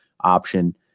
option